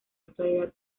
actualidad